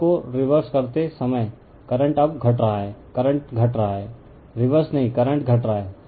उस को रिवर्स करते समय करंट अब घट रहा है करंट घट रहा है रिवर्स नहींकरंट घट रहा है